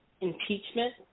Impeachment